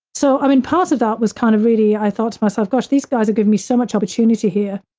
so, i mean, part of that was kind of really, i thought to myself, gosh, these guys are giving me so much opportunity here.